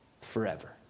forever